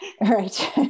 Right